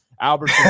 Albert